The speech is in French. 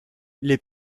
les